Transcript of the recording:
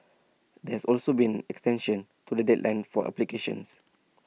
there has also been extension to the deadline for applications